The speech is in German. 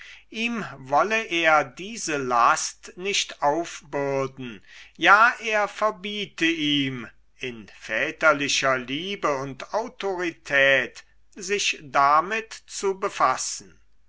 ihm wolle er diese last nicht aufbürden ja er verbiete ihm in väterlicher liebe und autorität sich damit zu befassen